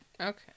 Okay